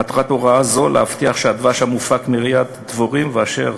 מטרת הוראה זו היא להבטיח שהדבש המופק מרעיית דבורים ואשר